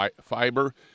fiber